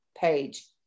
page